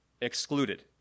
excluded